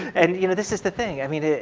and you know this is the thing, i mean